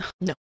no